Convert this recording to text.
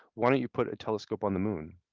why don't you put a telescope on the moon?